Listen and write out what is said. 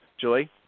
Julie